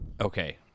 okay